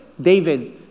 David